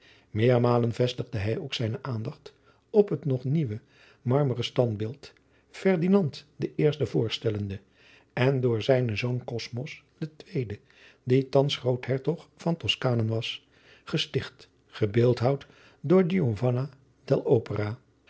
meermalen vestigde hij ook zijne aandacht op het nog nieuwe marmeren standbeeld ferdinand den eersten voorstellende en door zijnen zoon cosmus den tweeden die thans groothertog van toscanen was gesticht gebeeldhouwd door